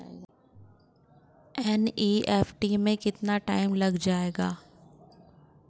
NEFT में कितना time लग जाएगा?